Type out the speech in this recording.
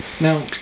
Now